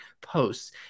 posts